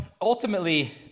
ultimately